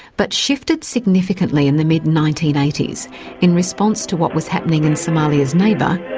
but shifted significantly in the mid nineteen eighty s in response to what was happening in somalia's neighbour,